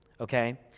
okay